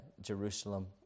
Jerusalem